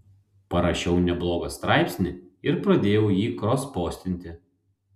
parašiau neblogą straipsnį ir pradėjau jį krospostinti